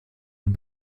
ein